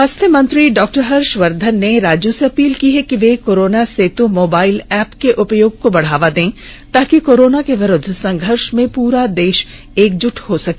स्वास्थ्य मंत्री डॉक्टर हर्षवर्धन ने राज्यों से अपील की है कि वे आरोग्य सेतु मोबाइल ऐप के उपयोग को बढ़ावा दे ताकि कोरोना के विरूद्व संघर्ष में पूरा देश एकजुट हो सके